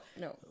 no